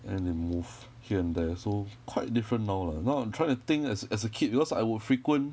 and then they moved here and there so quite different now lah now I'm trying to think as as a kid because I will frequent